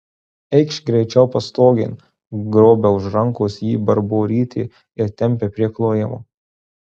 eikš greičiau pastogėn grobia už rankos jį barborytė ir tempia prie klojimo